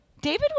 David